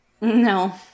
No